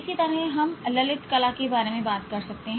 इसी तरह हम ललित कला के बारे में बात कर सकते हैं